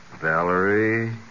Valerie